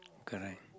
correct